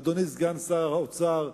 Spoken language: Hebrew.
אדוני סגן שר האוצר,